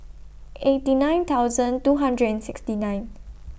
eighty nine thousand two hundred and sixty nine